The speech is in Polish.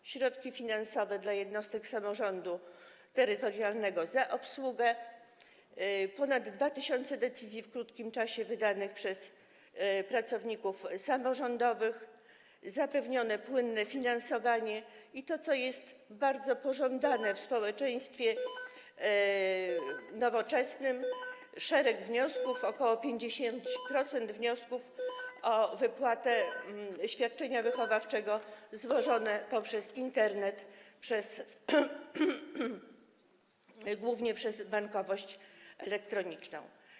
To środki finansowe dla jednostek samorządu terytorialnego na obsługę, ponad 2 tys. decyzji w krótkim czasie wydanych przez pracowników samorządowych, zapewnione płynne finansowanie i to, co jest bardzo pożądane w nowoczesnym społeczeństwie - szereg wniosków, ok. 50% wniosków o wypłatę świadczenia wychowawczego złożone przez Internet, głównie przez bankowość elektroniczną.